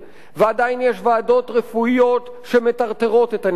ועדיין יש ועדות רפואיות שמטרטרות את הניצולים,